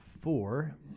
four